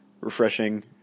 refreshing